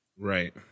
Right